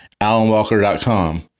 alanwalker.com